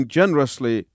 generously